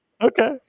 Okay